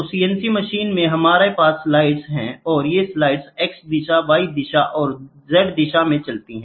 तो CNC मशीनों में हमारे पास स्लाइड्स हैं और ये स्लाइड्स x दिशा y दिशा और z दिशा में चलती हैं